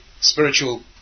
spiritual